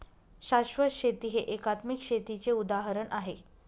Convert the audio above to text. शाश्वत शेती हे एकात्मिक शेतीचे उदाहरण आहे